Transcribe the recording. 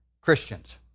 Christians